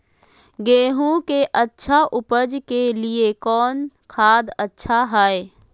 गेंहू के अच्छा ऊपज के लिए कौन खाद अच्छा हाय?